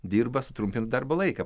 dirba sutrumpintą darbo laiką